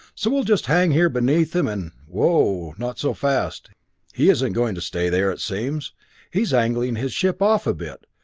so we'll just hang here beneath him and whoa not so fast he isn't going to stay there, it seems he is angling his ship off a bit,